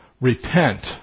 repent